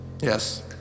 Yes